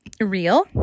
real